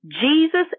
Jesus